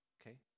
okay